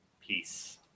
Peace